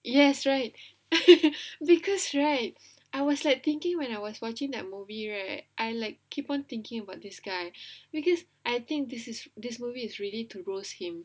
yes right because right I was like thinking when I was watching that movie right I like keep on thinking about this guy because I think this is this movie is really to gross him